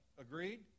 Agreed